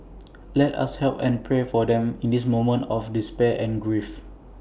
let us help and pray for them in this moment of despair and grief